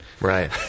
Right